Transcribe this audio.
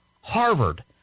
Harvard